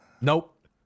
Nope